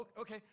Okay